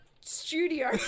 studio